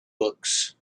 books